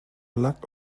lack